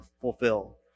fulfill